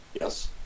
Yes